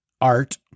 Art